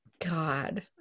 God